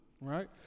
right